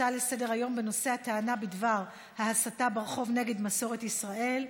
הצעות לסדר-היום בנושא: ההסתה ברחוב נגד מסורת ישראל.